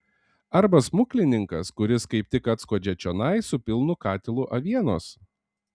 arba smuklininkas kuris kaip tik atskuodžia čionai su pilnu katilu avienos